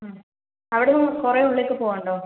മ് അവിടെ നിന്ന് കുറേ ഉള്ളിലേക്ക് പോവാനുണ്ടോ